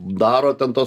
daro ten tuos